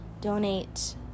donate